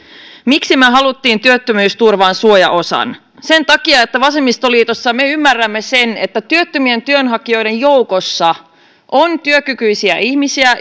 miksi me halusimme työttömyysturvaan suojaosan sen takia että vasemmistoliitossa me ymmärrämme sen että työttömien työnhakijoiden joukossa on työkykyisiä ihmisiä